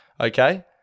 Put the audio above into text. Okay